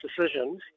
decisions